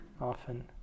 often